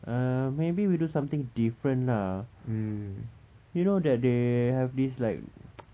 uh maybe we do something different lah you know that they have this like